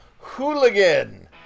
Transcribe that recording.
Hooligan